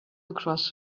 across